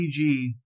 CG